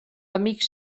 amics